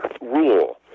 rule